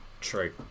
True